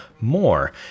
more